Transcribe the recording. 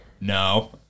No